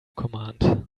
command